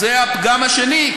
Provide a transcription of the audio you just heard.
אז זה הפגם השני.